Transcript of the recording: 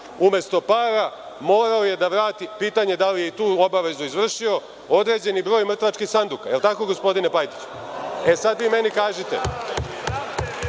umesto para morao je da vrati, pitanje da li je i tu obavezu izvršio, određeni broj mrtvačkih sanduka. Da li je tako gospodine Pajtiću? Sad vi meni kažite